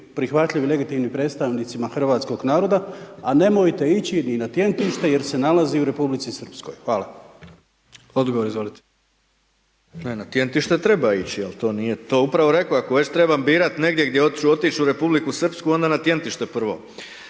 prihvatljivi legitimnim predstavnicima hrvatskog naroda, a nemojte ići ni na Tjentište jer se nalazi u Republici Srpskoj. Hvala. **Jandroković, Gordan (HDZ)** Odgovor, izvolite. **Bauk, Arsen (SDP)** Na Tjentište treba ići, jer to nije, to upravo rekoh, ako već trebam birat negdje gdje hoću otić' u Republiku Srpsku, onda na Tjentište prvo.